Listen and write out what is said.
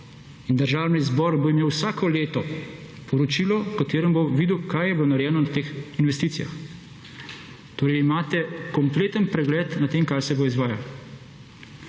In Državni zbor bo imel vsako leto poročilo, v katerem bo videl, kaj je bilo narejeno na teh investicijah. Torej imate kompleten pregled nad tem, kar se bo izvajalo.